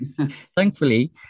thankfully